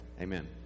Amen